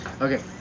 Okay